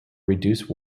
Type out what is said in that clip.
reduce